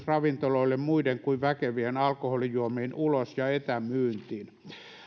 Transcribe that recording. ravintoloille muiden kuin väkevien alkoholijuomien ulos ja etämyyntiin